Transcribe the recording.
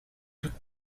toute